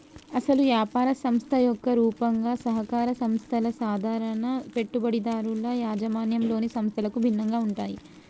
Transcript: అసలు యాపార సంస్థ యొక్క రూపంగా సహకార సంస్థల సాధారణ పెట్టుబడిదారుల యాజమాన్యంలోని సంస్థలకు భిన్నంగా ఉంటాయి